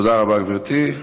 תודה רבה, גברתי.